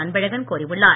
அன்பழகன் கோரியுள்ளார்